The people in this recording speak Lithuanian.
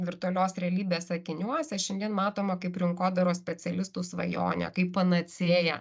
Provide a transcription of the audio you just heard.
virtualios realybės akiniuose šiandien matoma kaip rinkodaros specialistų svajonė kaip panacėja